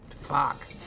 Fuck